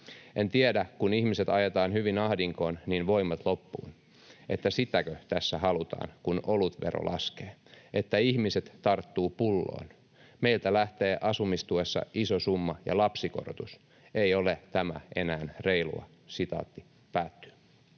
En tiedä, että kun ihmiset ajetaan hyvin ahdinkoon, niin voimat loppuvat, niin sitäkö tässä halutaan, kun olutvero laskee, että ihmiset tarttuvat pulloon. Meiltä lähtee asumistuessa iso summa ja lapsikorotus. Ei ole tämä enää reilua.” ”Asumistuen